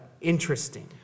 interesting